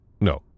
No